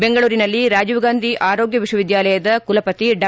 ಬೆಂಗಳೂರಿನಲ್ಲಿ ರಾಜೀವ್ಗಾಂಧಿ ಆರೋಗ್ಯ ವಿಶ್ವವಿದ್ಯಾಲಯದ ಕುಲಪತಿ ಡಾ